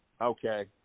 Okay